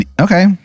Okay